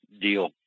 deal